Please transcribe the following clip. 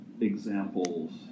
examples